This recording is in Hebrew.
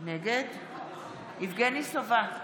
נגד יבגני סובה,